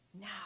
now